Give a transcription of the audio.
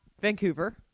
Vancouver